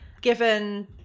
given